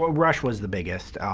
but rush was the biggest,